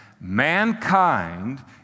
Mankind